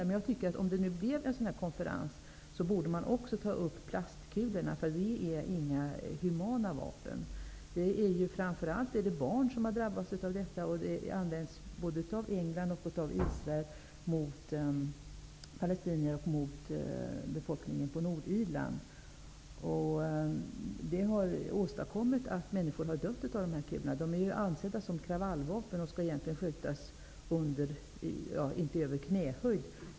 Men om det nu blir en översynskonferens, borde man också ta upp frågan om plastkulorna, för de är inga humana vapen. Det är framför allt barn som drabbas av sådana. De används både av Israel mot palestinier. Människor har dött av dessa kulor. De är avsedda som kravallvapen som egentligen inte skall skjutas över knähöjd.